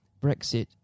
Brexit